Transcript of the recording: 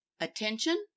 Attention